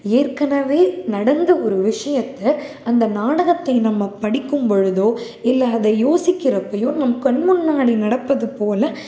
ஏற்கனவே நடந்த ஒரு விஷயத்த அந்த நாடகத்தை நம்ம படிக்கும் பொழுது இல்லை அதை யோசிக்கிறப்பையோ நம் கண் முன்னாடி நடப்பது போல